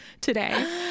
today